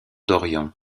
d’orion